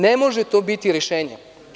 Ne može to biti rešenje.